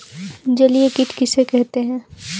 जलीय कीट किसे कहते हैं?